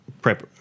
prep